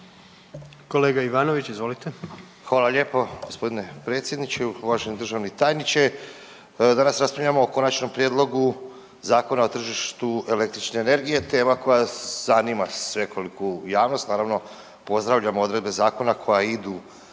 Kolega Ivanović, izvolite.